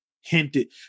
hinted